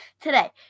Today